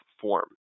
form